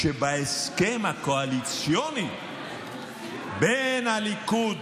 שבהסכם הקואליציוני בין הליכוד